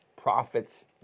Profits